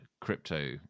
crypto